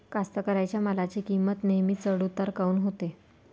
कास्तकाराइच्या मालाची किंमत नेहमी चढ उतार काऊन होते?